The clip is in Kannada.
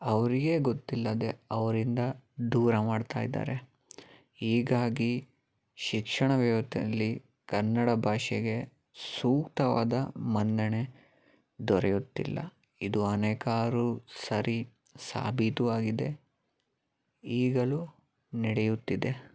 ಅವರಿಗೇ ಗೊತ್ತಿಲ್ಲದೆ ಅವರಿಂದ ದೂರ ಮಾಡ್ತಾಯಿದ್ದಾರೆ ಹೀಗಾಗಿ ಶಿಕ್ಷಣ ವ್ಯವಸ್ಥೆ ಅಲ್ಲಿ ಕನ್ನಡ ಭಾಷೆಗೆ ಸೂಕ್ತವಾದ ಮನ್ನಣೆ ದೊರೆಯುತ್ತಿಲ್ಲ ಇದು ಅನೇಕಾರು ಸರಿ ಸಾಬೀತು ಆಗಿದೆ ಈಗಲೂ ನಡೆಯುತ್ತಿದೆ